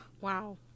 Wow